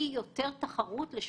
זה מה שנובע מההיכרות שלנו עם השוק.